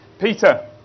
Peter